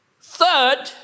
third